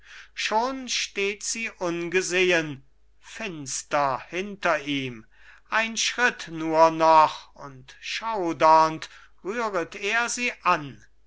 schon steht sie ungesehen finster hinter ihm ein schritt nur noch und schaudernd rühret er sie an